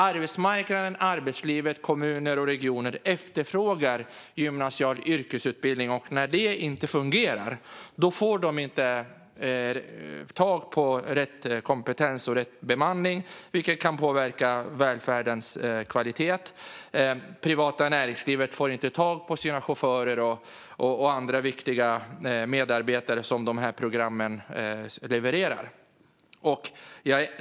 Arbetsmarknaden, arbetslivet, kommuner och regioner efterfrågar gymnasial yrkesutbildning, och när det inte fungerar får de inte tag på rätt kompetens och rätt bemanning, vilket kan påverka välfärdens kvalitet. Det privata näringslivet får inte tag på sina chaufförer och andra viktiga medarbetare som de här programmen levererar.